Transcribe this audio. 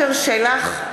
עפר שלח,